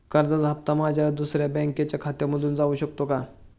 कर्जाचा हप्ता माझ्या दुसऱ्या बँकेच्या खात्यामधून जाऊ शकतो का?